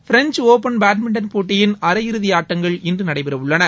French open badminton போட்டியின் அரையிறுதி ஆட்டங்கள் இன்று நடைபெற உள்ளன